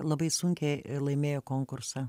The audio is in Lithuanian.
labai sunkiai laimėjo konkursą